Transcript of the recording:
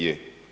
Je.